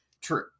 True